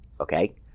Okay